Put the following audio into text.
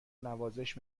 نوازش